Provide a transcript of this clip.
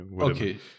Okay